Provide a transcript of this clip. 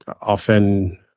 Often